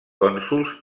cònsols